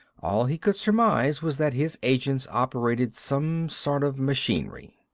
all he could surmise was that his agents operated some sort of machinery.